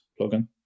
plugin